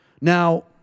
Now